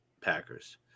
Packers